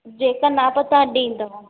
जेका माप तव्हां ॾींदव